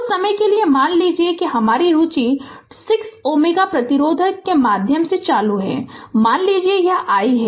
कुछ समय के लिए मान लीजिए हमारी रुचि 6 Ω प्रतिरोध के माध्यम से चालू है मान लीजिए कि यह i है